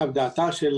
דעתה של